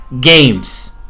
games